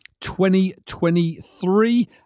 2023